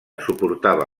suportava